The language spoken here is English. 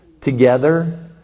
together